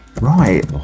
Right